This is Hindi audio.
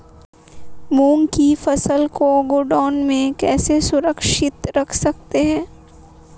मूंग की फसल को गोदाम में कैसे सुरक्षित रख सकते हैं?